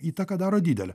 įtaką daro didelę